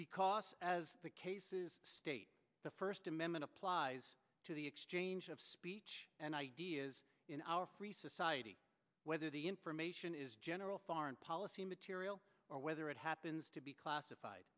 because as the cases stated the first amendment applies to the exchange of speech and ideas in our free society whether the information is general foreign policy material or whether it happens to be classified